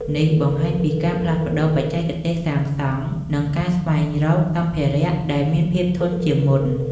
នេះបង្ហាញពីការផ្លាស់ប្តូរបច្ចេកទេសសាងសង់ និងការស្វែងរកសម្ភារៈដែលមានភាពធន់ជាងមុន។